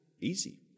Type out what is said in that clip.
easy